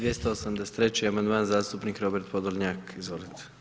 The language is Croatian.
283. amandman zastupnik Robert Podolnjak, izvolite.